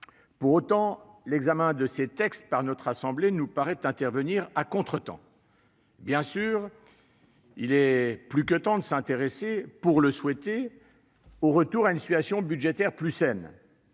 Pour autant, l'examen de ces textes par notre assemblée nous paraît intervenir à contretemps. Bien sûr, il est plus que temps de s'intéresser- pour le souhaiter -au retour à une situation budgétaire plus saine.